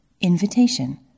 invitation